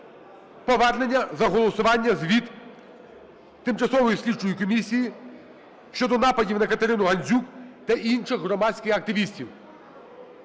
повернення за голосування Звіту Тимчасової слідчої комісії щодо нападів на Катерину Гандзюк та інших громадських активістів.